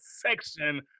section